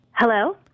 Hello